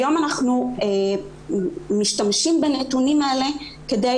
היום אנחנו משתמשים בנתונים האלה כדי